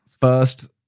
First